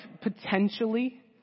Potentially